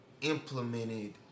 implemented